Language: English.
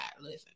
listen